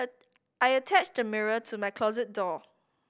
I attached the mirror to my closet door